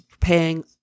paying